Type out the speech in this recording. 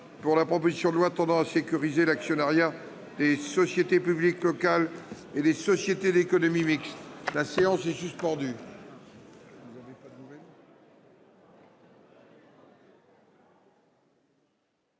de la proposition de loi tendant à sécuriser l'actionnariat des sociétés publiques locales et des sociétés d'économie mixte, présentée par M.